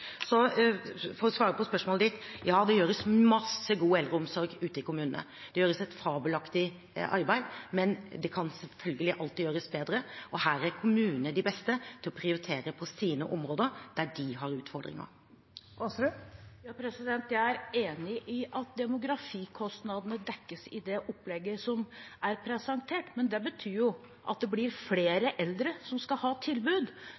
Så for å svare på spørsmålet ditt: Ja, det gjøres masse god eldreomsorg ute i kommunene. Det gjøres et fabelaktig arbeid, men det kan selvfølgelig alltid gjøres bedre, og her er kommunene de beste til å prioritere de områdene hvor de har utfordringer. Rigmor Aasrud – til oppfølgingsspørsmål. Jeg er enig i at demografikostnadene dekkes i det opplegget som er presentert. Men det betyr jo at det blir flere eldre som skal ha tilbud,